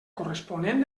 corresponent